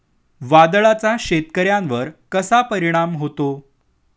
वादळाचा शेतकऱ्यांवर कसा परिणाम होतो?